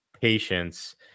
patience